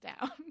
down